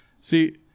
See